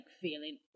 feeling